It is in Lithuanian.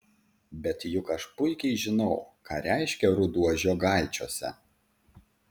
bet juk aš puikiai žinau ką reiškia ruduo žiogaičiuose